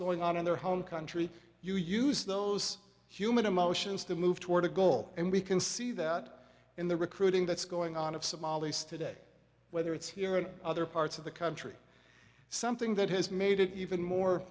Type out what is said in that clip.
going on in their home country you use those human emotions to move toward a goal and we can see that in the recruiting that's going on of somalis today whether it's here or other parts of the country something that has made it even more